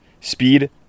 Speed